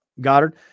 Goddard